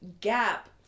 gap